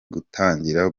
gutangira